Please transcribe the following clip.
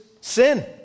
sin